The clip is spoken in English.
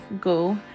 go